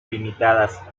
limitadas